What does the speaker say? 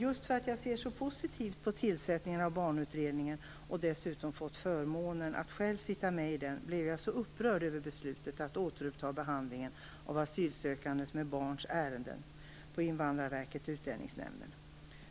Just för att jag ser så positivt på tillsättningen av barnutredningen och dessutom fått förmånen att själv sitta med i den blev jag så upprörd över beslutet att på Invandrarverket och i Utlänningsnämnden återuppta behandlingen av ärenden som rör asylsökande med barn.